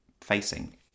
facing